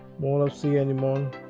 more sea anemone